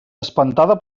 espantada